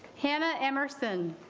hannah emerson